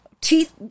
Teeth